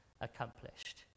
accomplished